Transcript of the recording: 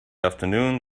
afternoon